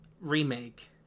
Remake